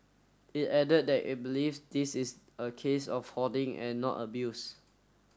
it added that it believes this is a case of hoarding and not abuse